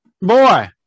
boy